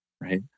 right